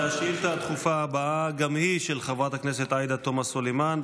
השאילתה הדחופה הבאה גם היא של חברת הכנסת עאידה תומא סלימאן,